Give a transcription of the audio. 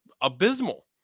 abysmal